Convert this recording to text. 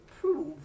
prove